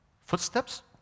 Footsteps